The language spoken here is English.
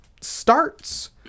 starts